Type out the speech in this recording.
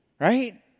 Right